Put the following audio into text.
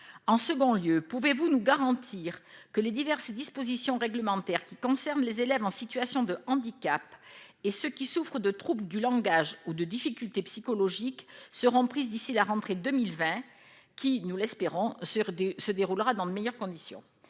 En second lieu, pouvez-vous nous garantir que les diverses dispositions réglementaires qui concernent les élèves en situation de handicap et ceux qui souffrent de trouble du langage ou de difficultés psychologiques seront prises d'ici à la rentrée 2020- nous espérons que celle-ci se déroule dans de meilleures conditions ?